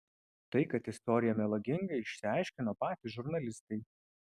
tai kad istorija melaginga išsiaiškino patys žurnalistai